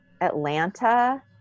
Atlanta